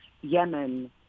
Yemen